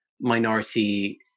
minority